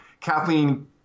Kathleen